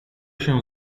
się